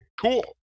cool